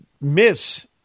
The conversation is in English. miss